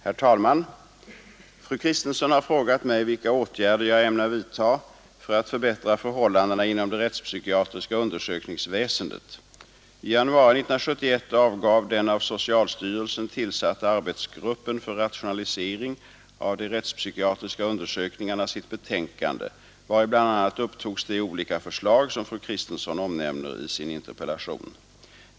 Herr talman! Fru Kristensson har frågat mig vilka åtgärder jag ämnar vidta för att förbättra förhållandena inom det rättspsykiatriska undersökningsväsendet. I januari 1971 avgav den av socialstyrelsen tillsatta arbetsgruppen för rationalisering av de rättspsykiatriska undersökningarna sitt betänkande, vari bl.a. upptogs de olika förslag, som fru Kristensson omnämner i sin interpellation.